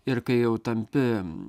ir kai jau tampi